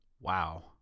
Wow